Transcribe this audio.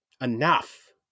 enough